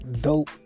dope